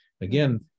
Again